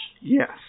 Yes